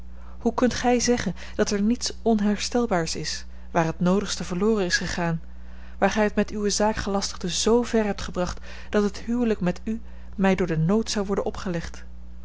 hoe kunt gij zeggen dat er niets onherstelbaar is waar het noodigste verloren is gegaan waar gij het met uwe zaakgelastigden z ver hebt gebracht dat het huwelijk met u mij door den nood zou worden opgelegd